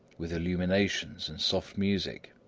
with illuminations and soft music.